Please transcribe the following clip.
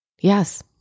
Yes